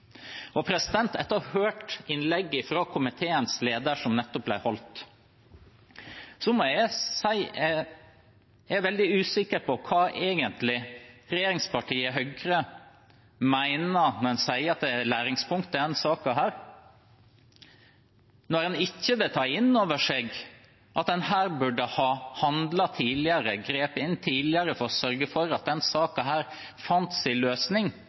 hørt innlegget fra komiteens leder som nettopp ble holdt, må jeg si at jeg er veldig usikker på hva regjeringspartiet Høyre egentlig mener når en sier at det er læringspunkt i denne saken, når en ikke vil ta inn over seg at en burde ha handlet tidligere, grepet inn tidligere, for å sørge for at denne saken fant sin løsning